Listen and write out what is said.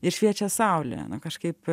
ir šviečia saulė kažkaip